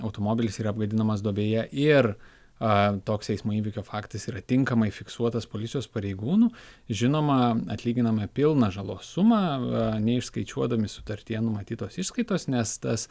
automobilis yra vadinamas duobėje ir toks eismo įvykio faktas yra tinkamai fiksuotas policijos pareigūnų žinoma atlyginama pilna žalos suma neišskaičiuodami sutartyje numatytos išskaitos nes tas